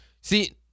See